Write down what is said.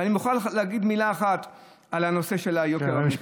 ואני מוכרח להגיד מילה אחת על הנושא של יוקר המחיה.